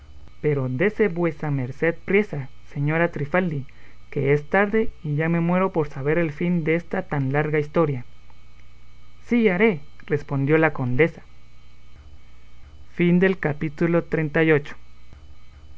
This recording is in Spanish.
pero dése vuesa merced priesa señora trifaldi que es tarde y ya me muero por saber el fin desta tan larga historia sí haré respondió la condesa capítulo xxxix